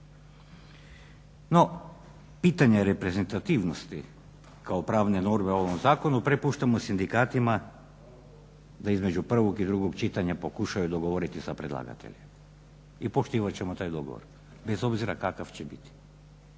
No, pitanje reprezentativnosti kao pravne norme o ovom zakonu prepuštamo sindikatima da između prvog i drugog čitanja pokušaju dogovoriti sa predlagateljem. I poštivat ćemo taj dogovor bez obzira kakav će biti.